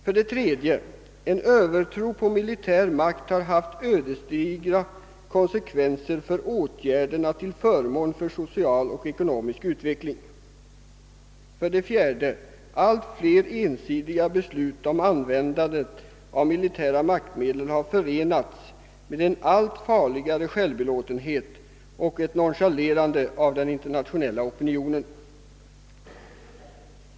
För det tredje: En övertro på militär makt har haft ödesdigra konsekvenser för åtgärderna till förmån för social och ekonomisk utveckling. För det fjärde: Allt fler ensidiga beslut om användandet av militära maktmedel har förenats med en allt farligare självbelåtenhet och ett nonchalerande av den internationella opinionen.